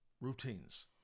Routines